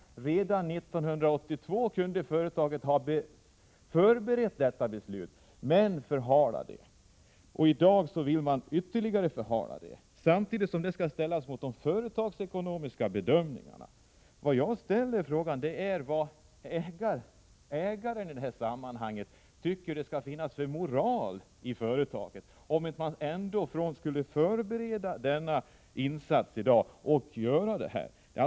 Redan 1982 kunde företaget ha förberett ett beslut om investering, men man förhalar det. I dag vill man ytterligare förhala det. Mot detta skall ställas de företagsekonomiska bedömningarna. Den fråga som jag ställer är: Vilken moral tycker ägarna att man skall tillämpa i företaget i detta sammanhang? Skulle man ändå inte i dag förbereda den insats som det här gäller och genomföra denna?